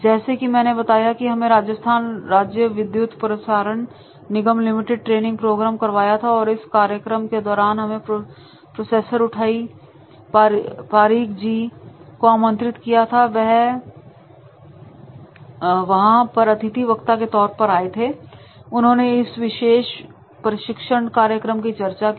जैसे कि मैंने बताया कि हमने राजस्थान राज्य विद्युत प्रसारण निगम लिमिटेड ट्रेनिंग प्रोग्राम करवाया था और इस कार्यक्रम के दौरान हमने प्रोसेसर उठई पारीक जी को आमंत्रित किया था और वह वहां पर अतिथि वक्ता के तौर पर आए थे और उन्होंने इस विशेष प्रशिक्षण कार्यक्रम की चर्चा की